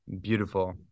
Beautiful